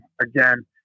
Again